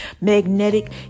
magnetic